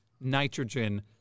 nitrogen